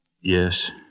Yes